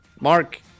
Mark